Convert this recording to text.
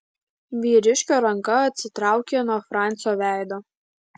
vyriškio ranka atsitraukė nuo francio veido